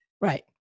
Right